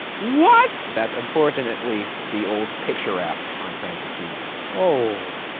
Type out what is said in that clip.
what! that's unfortunately the old picture wrap on frances bemis. oh.